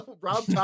Rob